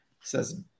says